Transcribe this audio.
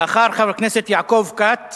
לאחר חבר הכנסת יעקב כץ